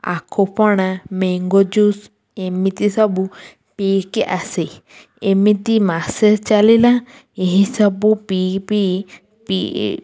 ଆଖୁପଣା mango juice ଏମିତି ସବୁ ପିଇକି ଆସେ ଏମିତି ମାସେ ଚାଲିଲା ଏହିସବୁ ପିଇ ପିଇ ପିଇ